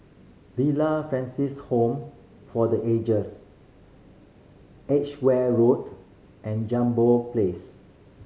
Villa Francis Home for the Ages Edgware Road and Jambol Place